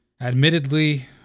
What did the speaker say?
admittedly